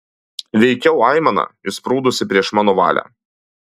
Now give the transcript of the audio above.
veikiau aimana išsprūdusi prieš mano valią